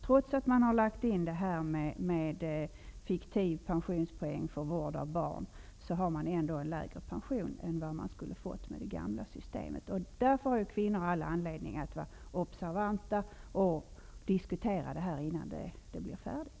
Trots att man har lagt in fiktiv pensionspoäng för vård av barn, får de ändå en lägre pension än de skulle ha fått med det gamla systemet. Därför har kvinnor all anledning att vara observanta och diskutera detta förslag innan det är färdigt.